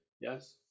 Yes